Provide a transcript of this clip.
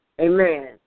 Amen